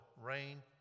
rain